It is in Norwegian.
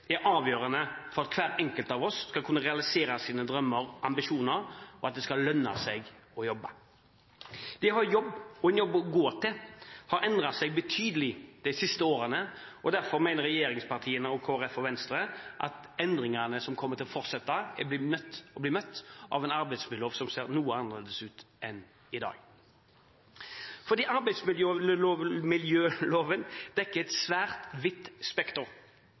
er avgjørende for at hver enkelt av oss skal kunne realisere våre drømmer og ambisjoner, og at det skal lønne seg å jobbe. Det å jobbe og ha en jobb å gå til har endret seg betydelig de siste årene. Derfor mener regjeringspartiene, Kristelig Folkeparti og Venstre at endringene som kommer til å fortsette, er nødt til å bli møtt av en arbeidsmiljølov som ser noe annerledes ut enn i dag. Arbeidsmiljøloven dekker et svært vidt spekter